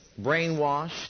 Brainwashed